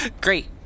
Great